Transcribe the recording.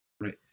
right